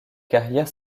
carrière